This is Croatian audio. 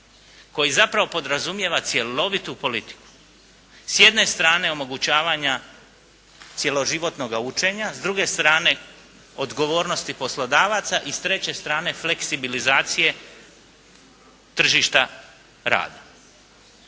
koji zapravo podrazumijeva cjelovitu politiku. S jedne strane omogućavanja cjeloživotnoga učenja, s druge strane odgovornosti poslodavaca i s treće strane fleksibilizacije tržišta rada.